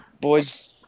boys